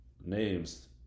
names